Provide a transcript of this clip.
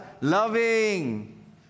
loving